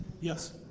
Yes